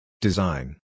Design